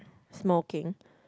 smoking